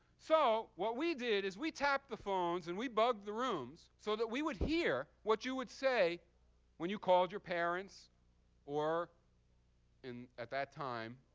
so what we did is we tapped the phones and we bugged the rooms so that we would hear what you would say when you called your parents or and at that time,